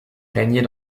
régnait